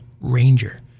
ranger